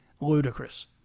ludicrous